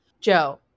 Joe